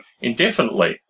indefinitely